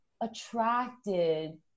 attracted